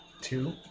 Two